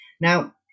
Now